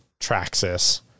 traxis